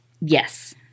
yes